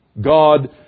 God